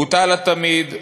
בוטל התמיד,